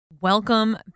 Welcome